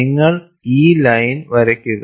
നിങ്ങൾ ഈ ലൈൻ വരയ്ക്കുക